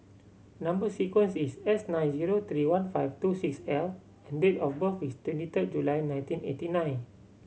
number sequence is S nine zero three one five two six L and date of birth is twenty third July nineteen eighty nine